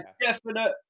definite